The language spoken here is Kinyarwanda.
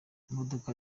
imodoka